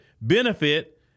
benefit